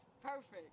perfect